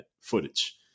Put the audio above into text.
footage